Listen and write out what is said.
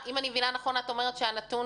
זה נתון